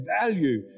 value